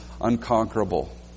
unconquerable